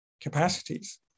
capacities